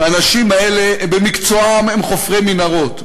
האנשים האלה במקצועם הם חופרי מנהרות.